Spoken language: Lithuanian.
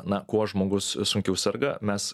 na kuo žmogus sunkiau serga mes